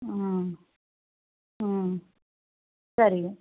சரிங்க